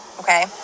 Okay